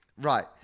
Right